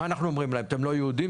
מה אנחנו אומרים להם, אתם לא יהודים?